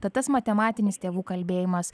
tad tas matematinis tėvų kalbėjimas